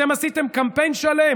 אתם עשיתם קמפיין שלם